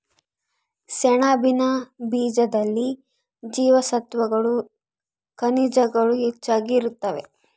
ಸೆಣಬಿನ ಬೀಜದಲ್ಲಿ ಜೀವಸತ್ವಗಳು ಖನಿಜಗಳು ಹೆಚ್ಚಾಗಿ ಇರುತ್ತವೆ